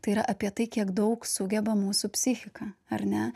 tai yra apie tai kiek daug sugeba mūsų psichika ar ne